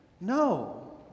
No